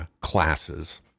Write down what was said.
classes